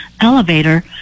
elevator